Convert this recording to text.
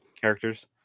Characters